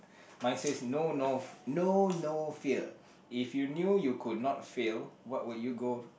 mine says no no f~ no no fear if you knew you could not fail what would you go